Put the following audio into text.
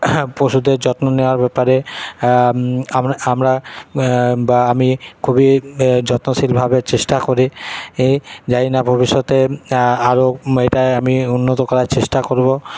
পশুদের যত্ন নেওয়ার ব্যাপারে আমরা আমরা বা আমি খুবই যত্নশীলভাবে চেষ্টা করি এ জানি না ভবিষ্যতে আরো এটায় আমি উন্নত করার চেষ্টা করব